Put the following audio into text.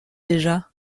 déjà